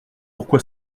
pourquoi